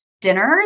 dinners